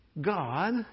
God